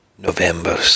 November